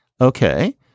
Okay